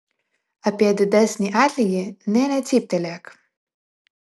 apie didesnį atlygį nė necyptelėk